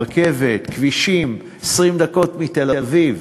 רכבת, כבישים, 20 דקות מתל-אביב.